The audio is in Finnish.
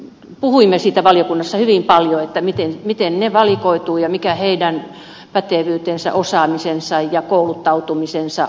puhuimme siitä valiokunnassa hyvin paljon miten he valikoituvat ja mikä heidän pätevyytensä osaamisensa ja kouluttautumisensa on